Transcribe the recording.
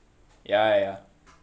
ya ya ya